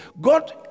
God